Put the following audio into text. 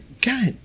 god